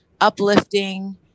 uplifting